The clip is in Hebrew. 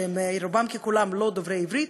שרובם ככולם לא דוברי עברית,